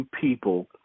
people